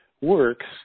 works